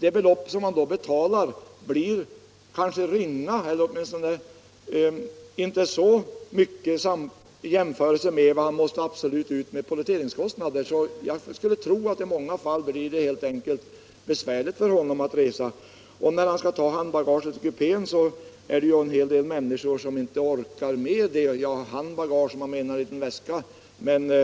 Det belopp man då får betala för färdbiljetten blir jämförelsevis inte så stort i förhållande till vad han måste betala i polletteringskostnad. Jag skulle tro att det i många fall blir besvärligt för honom att resa. En hel del människor orkar inte heller med att ta handbagaget till kupén om